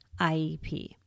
IEP